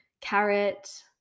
carrot